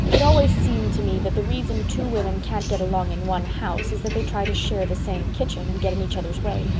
it always seemed to me that the reason two women can't get along in one house is that they try to share the same kitchen and get in each other's way.